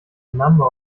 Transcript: number